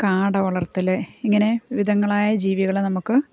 കാട വളർത്തൽ ഇങ്ങനെ വിവിധങ്ങളായ ജീവികളെ നമുക്ക്